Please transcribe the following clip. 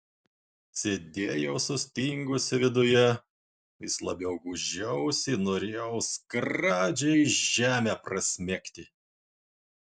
sėdėjau sustingusi viduje vis labiau gūžiausi norėjau skradžiai žemę prasmegti